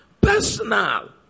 Personal